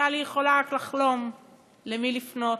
טלי יכולה רק לחלום למי לפנות.